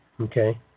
Okay